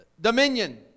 dominion